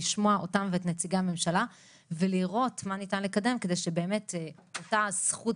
לשמוע אותם ואת נציגי הממשלה ולראות מה ניתן לקדם כדי שבאמת אותה זכות